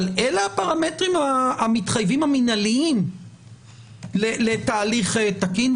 אבל אלה הפרמטרים המתחייבים המנהליים לתהליך תקין.